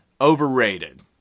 overrated